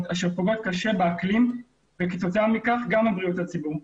אשר פוגעות קשה באקלים וכתוצאה מכך גם בבריאות הציבור.